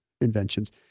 inventions